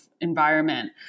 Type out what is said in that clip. environment